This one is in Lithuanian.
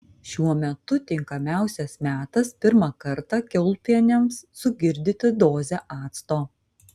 šiuo metu tinkamiausias metas pirmą kartą kiaulpienėms sugirdyti dozę acto